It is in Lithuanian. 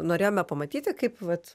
norėjome pamatyti kaip vat